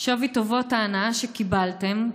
"שווי טובות ההנאה שקיבלתם,